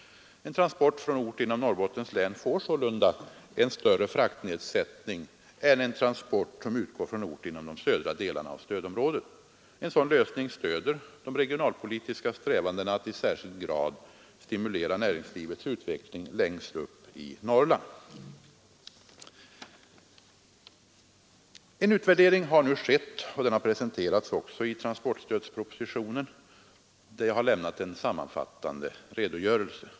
En transport från ort inom Norrbottens län får sålunda en större fraktnedsättning än en transport som utgår från ort inom de södra delarna av stödområdet. En sådan lösning stöder de regionalpolitiska strävandena att i särskild grad stimulera näringslivets utveckling längst uppe i Norrland. En utvärdering har nu skett, och den har också presenterats i transportstödspropositionen, där jag har lämnat en sammanfattande redogörelse.